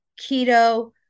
keto